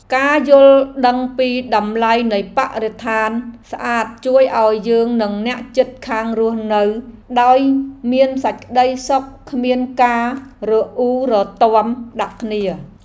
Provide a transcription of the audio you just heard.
ការយល់ដឹងពីតម្លៃនៃបរិស្ថានស្អាតជួយឱ្យយើងនិងអ្នកជិតខាងរស់នៅដោយមានសេចក្តីសុខគ្មានការរអ៊ូរទាំដាក់គ្នា។